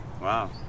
Wow